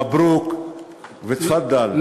מברוכ ותפאדל,